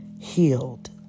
healed